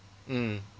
mm